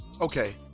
Okay